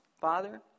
Father